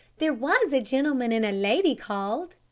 there was a gentleman and a lady called.